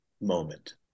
moment